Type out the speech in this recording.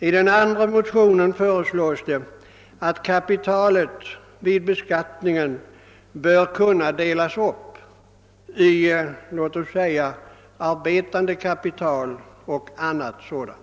I den andra motionen föreslås att kapitalet vid beskattningen bör kunna delas upp i arbetande kapital och annat kapital.